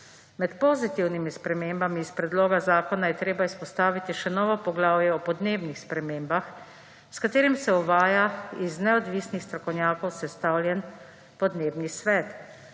Med pozitivnimi spremembami iz predloga zakona je treba izpostaviti še novo poglavje o podnebnih spremembah, s katerim se uvaja iz neodvisnih strokovnjakov sestavljen Podnebni svet,